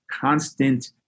constant